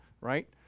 right